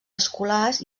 escolars